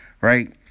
right